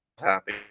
happy